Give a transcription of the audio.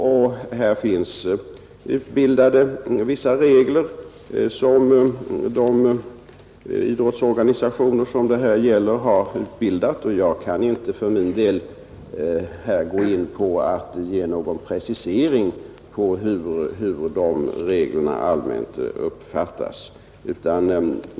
Det finns vissa regler som de idrottsorganisationer det här gäller har utbildat, och jag kan inte för min del nu gå in på någon precisering av hur de reglerna allmänt uppfattas.